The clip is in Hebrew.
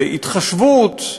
בהתחשבות,